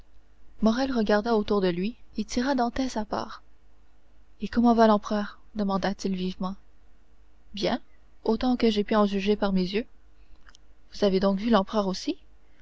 morrel regarda autour de lui et tira dantès à part et comment va l'empereur demanda-t-il vivement bien autant que j'aie pu en juger par mes yeux vous avez donc vu l'empereur aussi